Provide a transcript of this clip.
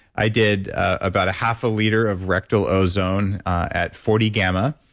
i did about a half a liter of rectal ozone at forty gamma.